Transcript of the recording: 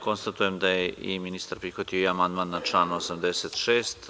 Konstatujem da je i ministar prihvatio i amandman na član 86.